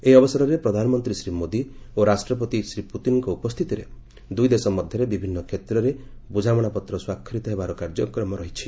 ଏହି ଅବସରରେ ପ୍ରଧାନମନ୍ତ୍ରୀ ଶ୍ରୀ ମୋଦି ଓ ରାଷ୍ଟ୍ରପତି ଶ୍ରୀ ପୁତିନଙ୍କ ଉପସ୍ଥିତିରେ ଦୁଇଦେଶ ମଧ୍ୟରେ ବିଭିନ୍ନ କ୍ଷେତ୍ରରେ ବୁଝାମଣାପତ୍ର ସ୍ୱାକ୍ଷରିତ ହେବାର କାର୍ଯ୍ୟକ୍ରମ ରହିଛି